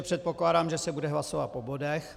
Předpokládám, že se bude hlasovat po bodech.